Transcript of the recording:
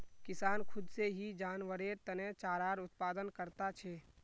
किसान खुद से ही जानवरेर तने चारार उत्पादन करता छे